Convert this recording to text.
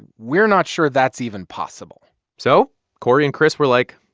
we're not sure that's even possible so cory and chris were like,